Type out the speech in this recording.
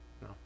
No